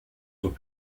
sont